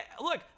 Look